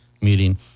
meeting